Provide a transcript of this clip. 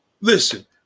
listen